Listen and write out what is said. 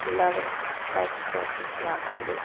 എല്ലാവരും മനസിലാക്കി പ്രവർത്തിക്കുകയാണെങ്കില്